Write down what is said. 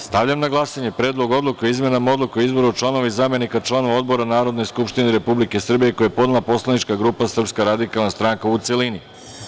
Stavljam na glasanje Predlog odluke o izmeni Odluke o izboru članova i zamenika članova odbora Narodne skupštine Republike Srbije, koji je podnela poslanička grupa SRS, u celini.